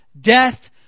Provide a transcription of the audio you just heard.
death